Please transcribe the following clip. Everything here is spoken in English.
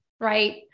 right